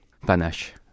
panache